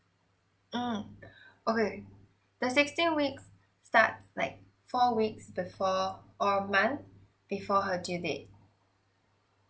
mm okay the sixteen weeks start like four weeks before or a month before her due date